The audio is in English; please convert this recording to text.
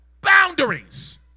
Boundaries